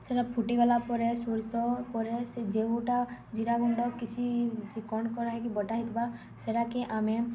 ସେଟା ଫୁଟିଗଲା ପରେ ସୋର୍ଷ ପରେ ସେ ଯେଉଁଟା ଜିରା ଗୁଣ୍ଡ କିଛି ଚିକ୍କଣ୍ କରାହେଇକି ବଟା ହେଇଥିବା ସେଟାକେ ଆମେ